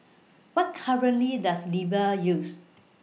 What currency Does Libya use